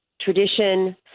tradition